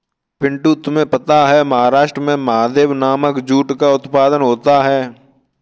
पिंटू तुम्हें पता है महाराष्ट्र में महादेव नामक जूट का उत्पादन होता है